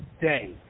Day